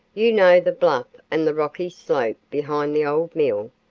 you know the bluff and the rocky slope behind the old mill.